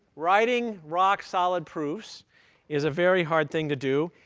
writing rock-solid proofs is a very hard thing to do.